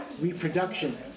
reproduction